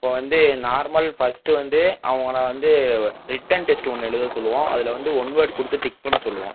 இப்போ வந்து normal first வந்து அவங்கள வந்து ரிட்டன் டெஸ்ட்டு ஒன்று எழுத சொல்லுவோம் அதில் வந்து ஒன் வேர்டு கொடுத்து டிக் பண்ண சொல்லுவோம்